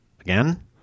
again